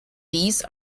these